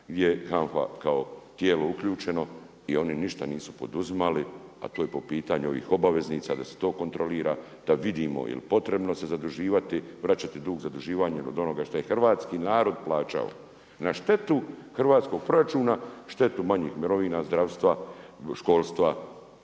gdje je HANFA kao tijelo uključeno i oni ništa nisu poduzimali, a to je po pitanju ovih obaveznica da se to kontrolira, da vidimo jel potrebno se zaduživati, vraćati dug zaduživanjem od onoga šta je hrvatski narod plaćao na štetu hrvatskog proračuna, štetu manjih mirovina, zdravstva, školstva.